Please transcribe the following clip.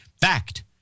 fact